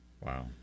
wow